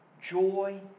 joy